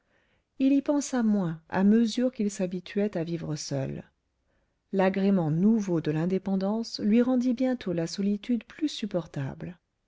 il y pensa moins à mesure qu'il s'habituait à vivre seul l'agrément nouveau de l'indépendance lui rendit bientôt la solitude plus supportable